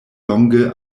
longe